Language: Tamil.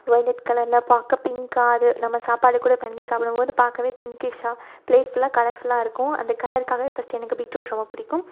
வைலெட் கலரில் பார்க்க பிங்க்காக அது நம்ம சாப்பாடு கூட பெசைஞ்சி சாப்பிடும்போது பார்க்கவே பிங்க்கிஷாக பிளேட் ஃபுல்லாக கலர்ஃபுல்லாக இருக்கும் அந்த கலருக்காகவே ஃபர்ஸ்ட் எனக்கு பீட்ரூட் ரொம்ப பிடிக்கும்